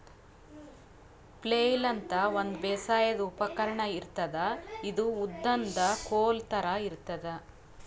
flail ಅಂತಾ ಒಂದ್ ಬೇಸಾಯದ್ ಉಪಕರ್ಣ್ ಇರ್ತದ್ ಇದು ಉದ್ದನ್ದ್ ಕೋಲ್ ಥರಾ ಇರ್ತದ್